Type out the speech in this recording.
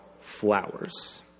flowers